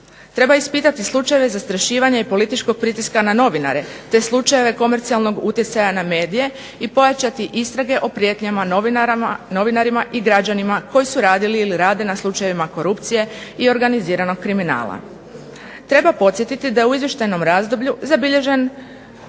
Treba ispitati slučajeve zastrašivanja i političkog pritiska na novinare, te slučajeve komercijalnog utjecaja na medije, i pojačati istrage o prijetnjama novinarima i građanima koji su radili, ili rade na slučajevima korupcije i organiziranog kriminala. Treba podsjetiti da je u izvještajnom razdoblju zabilježen